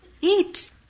Eat